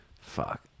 fuck